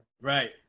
Right